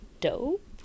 dope